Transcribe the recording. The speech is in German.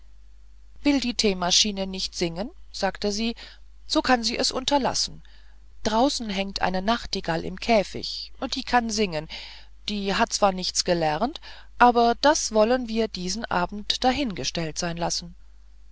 will die theemaschine nicht singen sagte sie so kann sie es unterlassen draußen hängt eine nachtigall im käfig die kann singen die hat zwar nichts gelernt aber das wollen wir diesen abend dahingestellt sein lassen